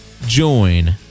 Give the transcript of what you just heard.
join